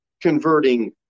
converting